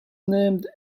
named